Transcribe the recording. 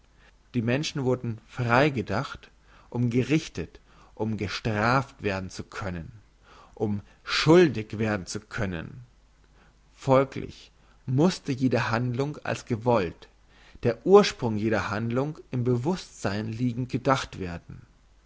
die menschen wurden frei gedacht um gerichtet um gestraft werden zu können um schuldig werden zu können folglich musste jede handlung als gewollt der ursprung jeder handlung im bewusstsein liegend gedacht werden